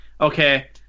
okay